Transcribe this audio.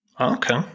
Okay